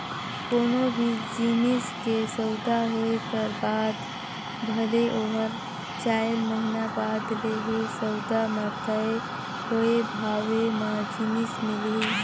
कोनो भी जिनिस के सउदा होए कर बाद भले ओहर चाएर महिना बाद लेहे, सउदा म तय होए भावे म जिनिस मिलही